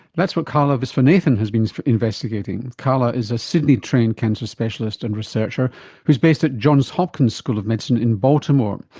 that's what kala visvanathan has been investigating. kala is a sydney trained cancer specialist and researcher based at johns hopkins school of medicine in baltimore.